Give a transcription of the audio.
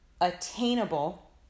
Attainable